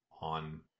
on